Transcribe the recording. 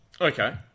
Okay